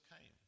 came